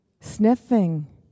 Sniffing